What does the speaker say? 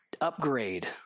upgrade